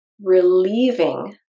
relieving